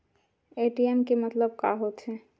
ATM के मतलब का होथे?